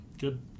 good